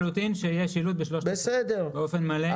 מתחייבים לחלוטין שיהיה שילוט בשלוש השפות באופן מלא.